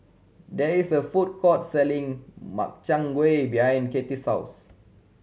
there is a food court selling Makchang Gui behind Katy's house